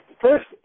first